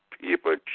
people